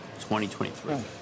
2023